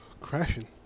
Crashing